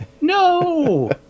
No